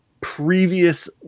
previous